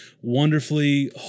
wonderfully